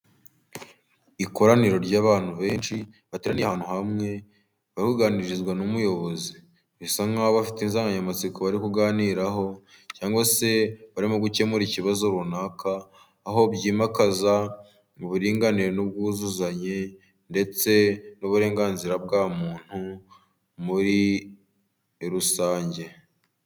Ikoraniro ry'abantu benshi bateraniye ahantu hamwe bari kuganirizwa n'umuyobozi bisa nk'aho bafite insanganyamatsiko bari kuganiraho, cyangwa se barimo gukemura ikibazo runaka aho byimakaza uburinganire n'ubwuzuzanye ,ndetse n'uburenganzira bwa muntu muri rusange.